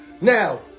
Now